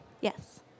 Yes